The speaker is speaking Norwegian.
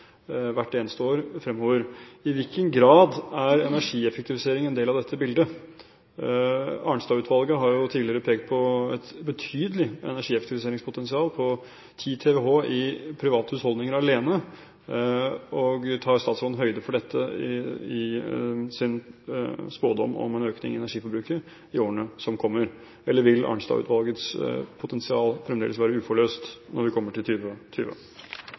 hvert eneste år fremover. I hvilken grad er energieffektivisering en del av dette bildet? Arnstad-utvalget har tidligere pekt på et betydelig energieffektiviseringspotensial på 10 TWh i private husholdninger alene. Tar statsråden høyde for dette i sin spådom om en økning i energiforbruket i årene som kommer, eller vil Arnstad-utvalgets potensial fremdeles være uforløst når vi kommer til